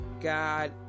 God